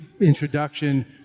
introduction